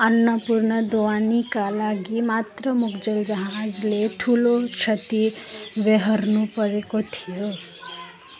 अन्नपूर्ण दुवानीका लागि मात्र मुग्जल जहाजले ठुलो क्षति ब्योहोर्नु परेको थियो